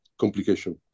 complication